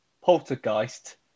Poltergeist